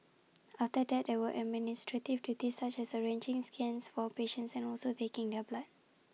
after that there were administrative duties such as arranging scans for patients and also taking their blood